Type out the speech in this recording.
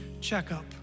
checkup